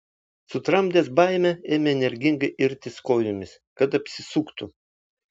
sutramdęs baimę ėmė energingai irtis kojomis kad apsisuktų